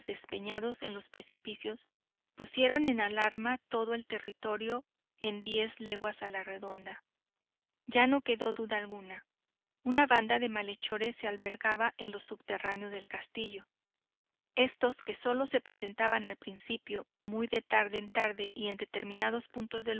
despeñados en los precipicios pusieron en alarma todo el territorio en diez leguas a la redonda ya no quedó duda laguna una banda de malhechores se albergaba en los subterráneos del castillo estos que sólo se prestaban al principio muy de tarde en tarde y en determinados puntos